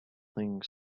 thing